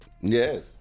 Yes